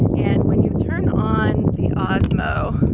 and when you turn on the osmo,